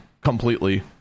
completely